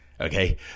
Okay